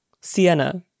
Sienna